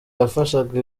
yafashaga